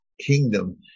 kingdom